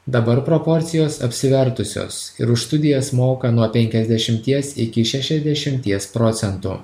dabar proporcijos apsivertusios ir už studijas moka nuo penkiasdešimties iki šešiasdešimties procentų